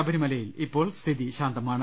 ശബരിമലയിൽ ഇപ്പോൾ സ്ഥിതി ശാന്തമാണ്